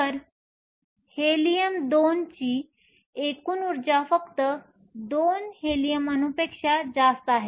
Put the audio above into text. तर He2 ची एकूण ऊर्जा फक्त 2 He अणूंपेक्षा जास्त आहेत